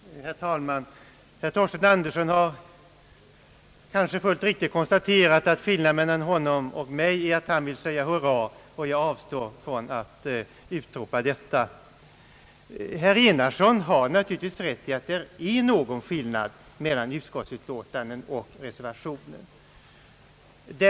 Herr talman! Herr Torsten Andersson nar fullt riktigt konstaterat att skillnaden mellan hans och min uppfattning är att han vill säga hurra, medan jag avstår från att utropa detta. Herr Enarsson har dock naturligtvis rätt i att det finns någon skillnad mellan utskottsutlåtandet och reservationen.